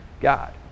God